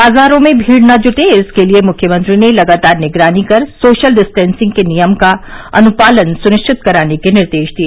बाजारों में भीड़ न जुटे इसके लिए मुख्यमंत्री ने लगातार निगरानी कर सोशल डिस्टेंसिंग के नियम का अनुपालन सुनिश्चित कराने के निर्देश दिए